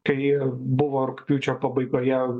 kai buvo rugpjūčio pabaigoje